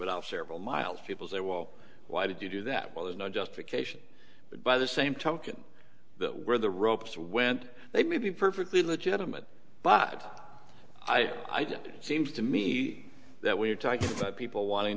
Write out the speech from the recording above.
of several miles people say well why did you do that well there's no justification but by the same token where the ropes whent they may be perfectly legitimate but i don't seems to me that we're talking about people wanting